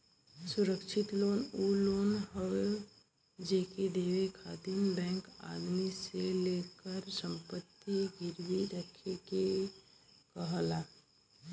सुरक्षित लोन उ लोन हौ जेके देवे खातिर बैंक आदमी से ओकर संपत्ति गिरवी रखे के कहला